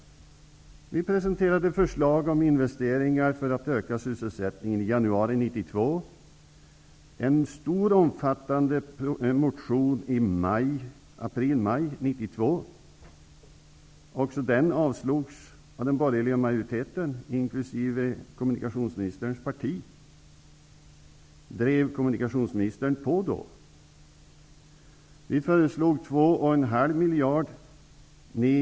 Vi presenterade i januari 1992 förslag om investeringar för att öka sysselsättningen. Vi väckte en stor och omfattande motion i april--maj 1992. Men också den avslogs av den bogerliga majoriteten, inkl. kommunikationsministerns parti. Drev kommunikationsministern på? Vi föreslog 2,5 miljarder kronor till underhållsanslaget.